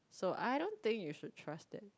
so I don't think you should trust them